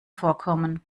vorkommen